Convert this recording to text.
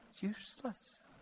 Useless